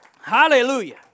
Hallelujah